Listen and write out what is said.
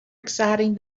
exciting